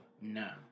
No